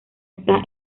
está